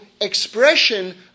expression